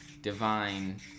divine